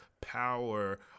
power